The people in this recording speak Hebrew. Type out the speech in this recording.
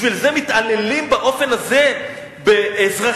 בשביל זה מתעללים באופן הזה באזרחים